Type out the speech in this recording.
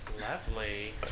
Lovely